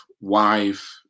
wife